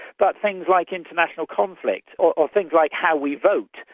but things like international conflict, or things like how we vote.